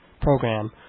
program